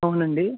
అవునండి